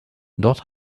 dort